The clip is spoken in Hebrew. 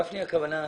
גפני, הכוונה אני.